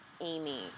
Amy